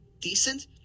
decent